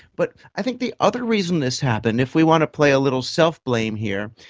but i think the other reason this happened, if we want to play a little self-blame here,